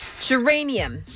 Geranium